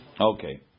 okay